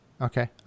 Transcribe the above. Okay